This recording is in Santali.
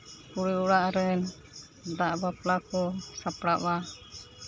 ᱠᱩᱲᱤ ᱚᱲᱟᱜ ᱨᱮᱱ ᱫᱟᱜ ᱵᱟᱯᱞᱟ ᱠᱚ ᱥᱟᱯᱲᱟᱜᱼᱟ